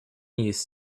used